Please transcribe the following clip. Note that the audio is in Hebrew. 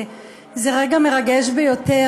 זה רגע מרגש ביותר,